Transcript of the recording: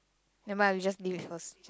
never mind ah we just leave it first